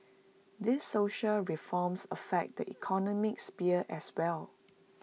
these social reforms affect the economic sphere as well